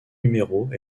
numéros